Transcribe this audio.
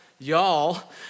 y'all